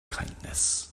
kindness